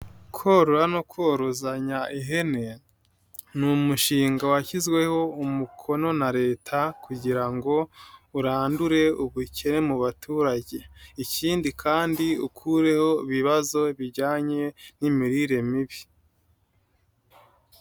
Korora no korozanya ihene ni umushinga washyizweho umukono na leta kugira ngo urandure ubukire mu baturage, ikindi kandi ukureho ibibazo bijyanye n'imirire mibi.